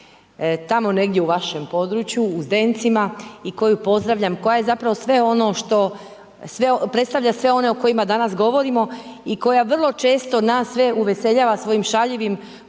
tamo negdje u vašem području u Zdencima i koju pozdravljam, koja je zapravo sve ono što, predstavlja sve one o kojima danas govorimo i koja vrlo često nas sve uveseljava svojim šaljivim postovima